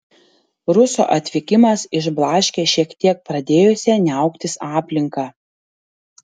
ruso atvykimas išblaškė šiek tiek pradėjusią niauktis aplinką